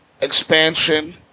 expansion